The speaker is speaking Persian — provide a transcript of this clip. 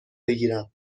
بگیرم